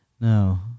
no